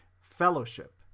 Fellowship